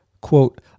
quote